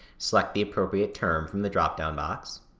select the appropriate term from the drop-down box,